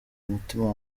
umutima